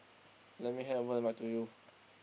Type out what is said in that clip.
let me have back to you